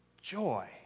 joy